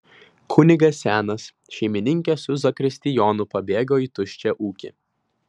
kunigas senas šeimininkė su zakristijonu pabėgo į tuščią ūkį